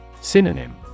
Synonym